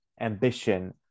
ambition